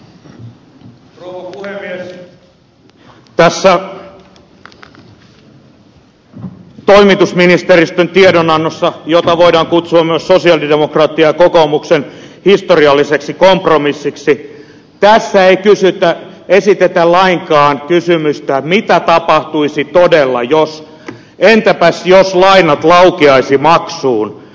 tässä toimitusministeristön tiedonannossa jota voidaan kutsua myös sosialidemokraattien ja kokoomuksen historialliseksi kompromissiksi ei esitetä lainkaan kysymystä mitä tapahtuisi todella jos lainat laukeaisivat maksuun